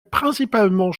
principalement